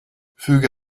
füge